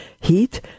heat